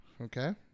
Okay